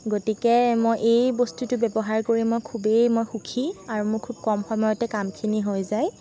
গতিকে মই এই বস্তুটো ব্যৱহাৰ কৰি মই খুবেই মই সুখী আৰু মোৰ খুব কম সময়তে কামখিনি হৈ যায়